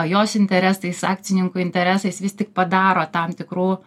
jos interesais akcininkų interesais vis tik padaro tam tikrų